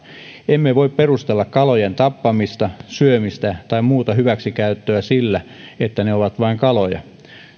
emme voi perustella kalojen tappamista syömistä tai muuta hyväksikäyttöä sillä että ne ovat vain kaloja näin